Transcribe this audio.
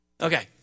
Okay